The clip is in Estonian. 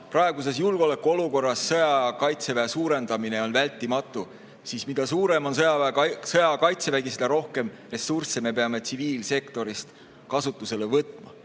praeguses julgeolekuolukorras sõja- ja Kaitseväe suurendamine on vältimatu, siis mida suurem on sõja- ja Kaitsevägi, seda rohkem ressursse me peame tsiviilsektorist kasutusele võtma.